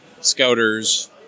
scouters